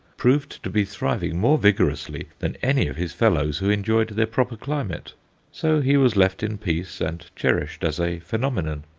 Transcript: proved to be thriving more vigorously than any of his fellows who enjoyed their proper climate so he was left in peace and cherished as a phenomenon.